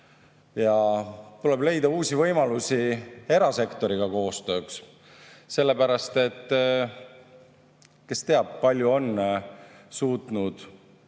Ja tuleb leida uusi võimalusi erasektoriga koostööks. Sellepärast, et kes teab, kui palju on suutnud